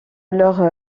alors